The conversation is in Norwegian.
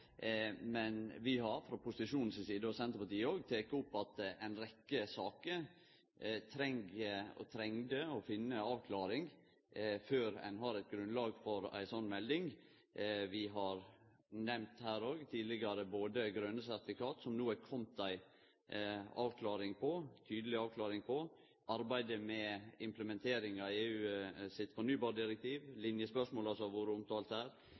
Men vi har frå posisjonen si side, òg Senterpartiet, teke opp att ei rekkje saker som treng – og trong – å finne ei avklaring før ein har eit grunnlag for ei slik melding. Vi har nemnt her tidlegare både grøne sertifikat, som det no er kome ei tydeleg avklaring på, og arbeidet med implementering av EU sitt fornybardirektiv. Linjespørsmål har òg vore